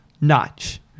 notch